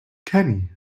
kenny